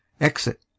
Exit